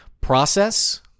Process